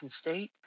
State